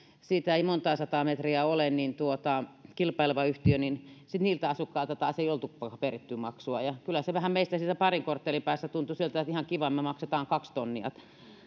siitä ei montaa sataa metriä ole kilpaileva yhtiö niin sitten niiltä asukkailta taas ei oltu peritty maksua kyllä se vähän meistä siinä parin korttelin päässä tuntui siltä että ihan kiva me maksetaan kaksi tonnia